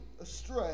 astray